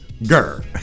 Gur